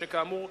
שכאמור,